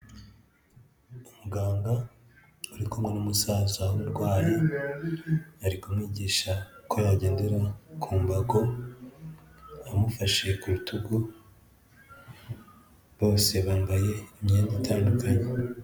Muganga uri kumwe n'umusaza urwaye, ari kumwigisha uko bagendera ku mbago, amufashe ku rutugu, bose bambaye imyenda itandukanye.